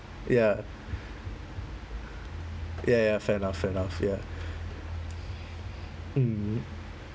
ya ya ya fair enough fair enough ya mm